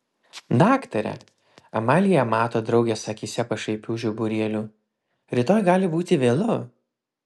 daktare amalija mato draugės akyse pašaipių žiburėlių rytoj gali būti vėlu